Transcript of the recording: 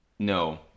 No